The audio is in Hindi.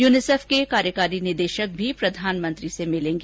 यूनिसेफ के कार्यकारी निदेशक भी प्रधानमंत्री से मिलेंगी